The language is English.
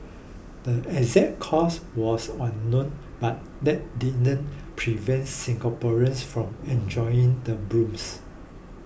the exact cause was unknown but that didn't prevent Singaporeans from enjoying the blooms